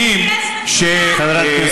אתם עושים את העבודה בשבילם.